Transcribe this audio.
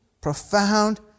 profound